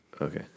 Okay